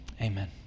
amen